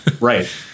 Right